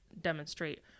demonstrate